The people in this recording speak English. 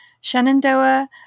Shenandoah